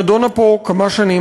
נדונה פה כמה שנים,